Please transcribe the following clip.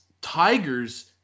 tigers